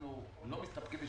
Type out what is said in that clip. אנחנו לא מסתפקים ב-70%,